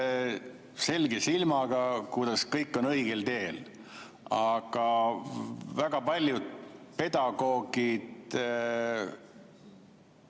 selge silmaga, kuidas kõik on õigel teel, aga väga paljud pedagoogid